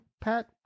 pat